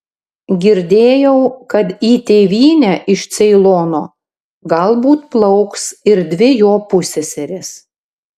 girdėjau kad į tėvynę iš ceilono galbūt plauks ir dvi jo pusseserės